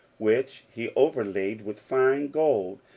which he overlaid with fine gold,